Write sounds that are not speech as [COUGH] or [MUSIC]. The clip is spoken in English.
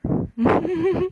[BREATH] [LAUGHS]